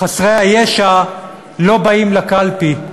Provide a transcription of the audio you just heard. חסרי הישע לא באים לקלפי,